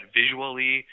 visually